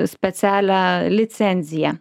specialią licenciją